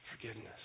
Forgiveness